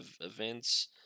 events